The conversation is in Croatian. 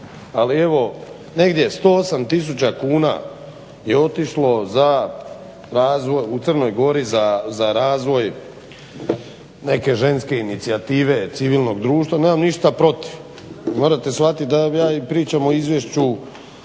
ali negdje 108 tisuća kuna je otišlo u Crnoj Gori za razvoj neke ženske inicijative civilnog društva, nemam ništa protiv. Morate shvatiti da ja pričam o izvješću